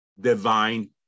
Divine